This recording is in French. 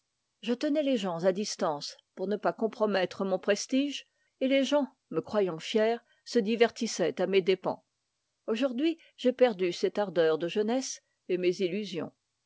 je tenais les gens à distance pour ne pas compromettre mon prestige et les gens me croyant fier se divertissaient à mes dépens aujourd'hui j'ai perdu cette ardeur de jeunesse et mes illusions